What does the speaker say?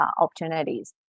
opportunities